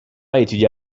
étudia